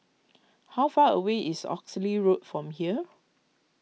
how far away is Oxley Road from here